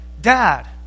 Dad